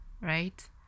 right